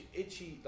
itchy